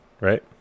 right